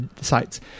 sites